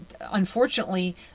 unfortunately